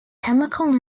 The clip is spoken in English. chemical